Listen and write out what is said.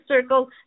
Circle